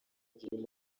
kutagira